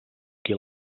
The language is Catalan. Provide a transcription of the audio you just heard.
qui